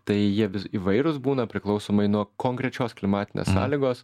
tai jie vis įvairūs būna priklausomai nuo konkrečios klimatinės sąlygos